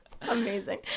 Amazing